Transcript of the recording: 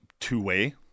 two-way